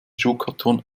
schuhkarton